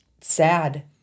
sad